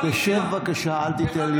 בבקשה תשב.